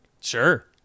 Sure